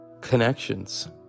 Connections